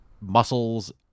muscles